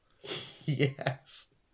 Yes